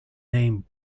name